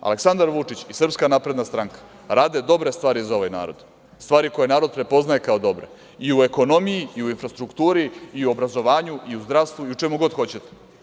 Aleksandar Vučić i SNS rade dobre stvari za ovaj narod, stvari koje narod prepoznaje kao dobre i u ekonomiji, i u infrastrukturi, i u obrazovanju, i u zdravstvu, i u čemu god hoćete.